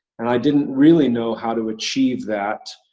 and i didn't really know how to achieve that,